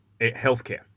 healthcare